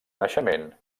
naixement